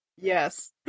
Yes